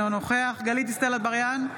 אינו נוכח גלית דיסטל אטבריאן,